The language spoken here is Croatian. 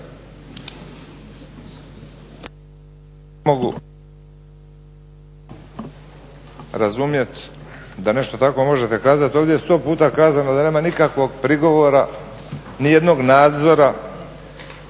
razumjet da nešto takvo možete kazat. Ovdje je sto puta kazano da nema nikakvog prigovora ni jednog nadzora,